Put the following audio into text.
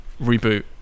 reboot